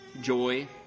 joy